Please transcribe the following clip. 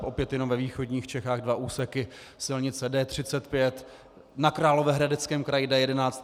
Opět jenom ve východních Čechách dva úseky silnice D35, na Královéhradeckém kraji D11 atd.